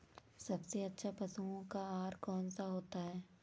सबसे अच्छा पशुओं का आहार कौन सा होता है?